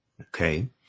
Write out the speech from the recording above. Okay